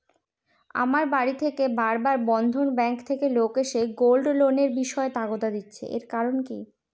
আমার বাড়িতে বার বার বন্ধন ব্যাংক থেকে লোক এসে গোল্ড লোনের বিষয়ে তাগাদা দিচ্ছে এর কারণ কি?